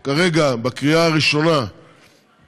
כרגע, בקריאה הראשונה,